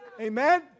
Amen